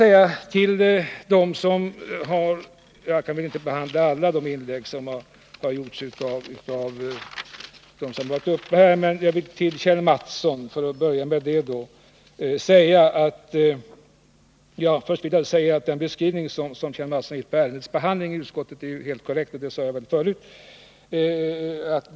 Jag kan väl inte behandla alla de inlägg som har gjorts här, men jag vill börja med att säga att den beskrivning som Kjell Mattsson gjorde av ärendets behandling i utskottet är helt korrekt — och det sade jag väl förut.